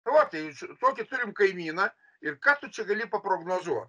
nu va tai ž tokį turim kaimyną ir ką tu čia gali paprognozuo